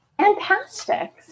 Fantastic